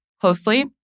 closely